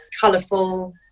colourful